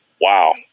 wow